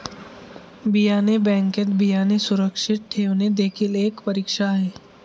बियाणे बँकेत बियाणे सुरक्षित ठेवणे देखील एक परीक्षा आहे